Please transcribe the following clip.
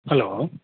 hello